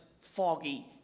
foggy